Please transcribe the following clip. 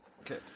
Okay